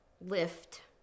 lift